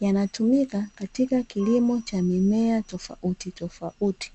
yanatumika katika kilimo cha mimea tofautitofauti.